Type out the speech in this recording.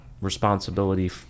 responsibility